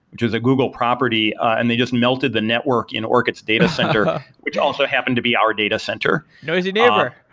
which was a google property, and they just melted the network in orkut's data center, which also happened to be our data center. noisy neighbor.